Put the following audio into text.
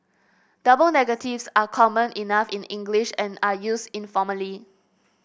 double negatives are common enough in English and are used informally